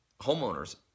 homeowners